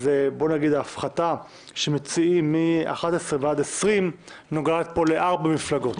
ההפחתה שמציעים מ-11 20 נוגעת לארבע מפלגות,